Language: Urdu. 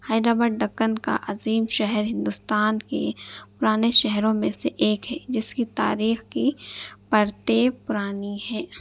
حیدر آباد دکن کا عظیم شہر ہندوستان کی پرانے شہروں میں سے ایک ہے جس کی تاریخ کی پرتیں پرانی ہیں